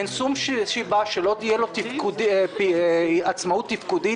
אין שום סיבה שלא תהיה לו עצמאות תפקודית